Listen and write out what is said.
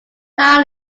how